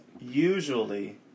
usually